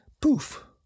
Poof